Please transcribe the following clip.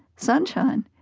sunshine,